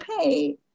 okay